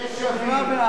ושווים.